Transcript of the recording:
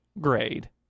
Grade